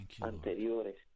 anteriores